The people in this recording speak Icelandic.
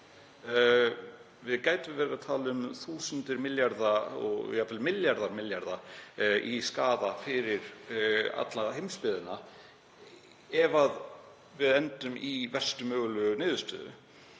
Við gætum við verið að tala um þúsundir milljarða og jafnvel milljarða milljarða skaða fyrir alla heimsbyggðina ef við endum í verstu mögulegu niðurstöðu.